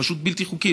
זה פשוט בלתי חוקי,